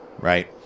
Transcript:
right